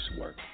work